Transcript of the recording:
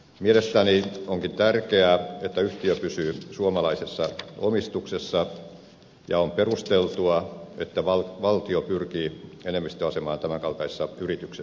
mielestäni onkin tärkeää että yhtiö pysyy suomalaisessa omistuksessa ja on perusteltua että valtio pyrkii enemmistöasemaan tämän kaltaisessa yrityksessä